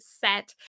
set